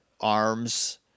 ARMS